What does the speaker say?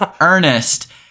Ernest